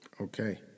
Okay